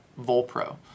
Volpro